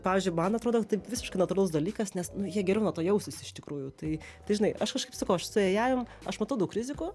pavyzdžiui man atrodo taip visiškai natūralus dalykas nes jie geriau nuo to jausis iš tikrųjų tai tai žinai aš kažkaip sakau aš su eiajum aš matau daug rizikų